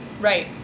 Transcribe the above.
Right